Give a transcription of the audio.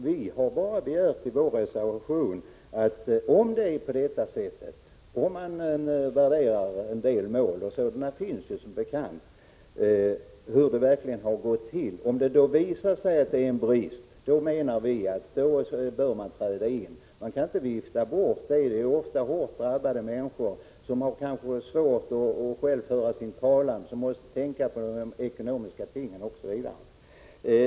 Vi har bara begärt i vår reservation att man skall utvärdera en del mål för att se hur det verkligen har gått till, och om det visar sig att det förekommit brister i tillämpningen, då bör man träda in. Man kan inte vifta bort det. Det är ofta hårt drabbade människor som har svårt att själva föra sin talan, som måste tänka på ekonomiska ting osv.